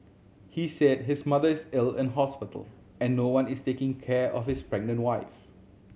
he said his mother is ill in hospital and no one is taking care of his pregnant wife